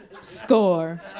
Score